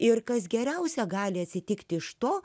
ir kas geriausia gali atsitikti iš to